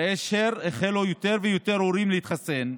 כאשר החלו יותר ויותר הורים להתחסן,